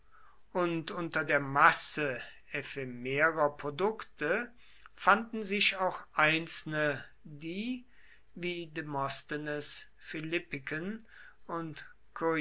und unter der masse ephemerer produkte fanden sich auch einzelne die wie demosthenes philippiken und